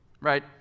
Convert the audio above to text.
Right